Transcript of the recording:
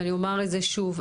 ואני אומר את זה שוב,